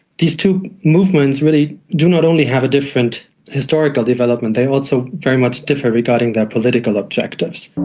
these two movements really do not only have a different historical development, they also very much differ regarding their political objectives.